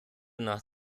nach